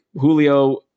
Julio